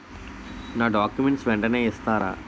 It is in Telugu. నా డాక్యుమెంట్స్ వెంటనే ఇస్తారా?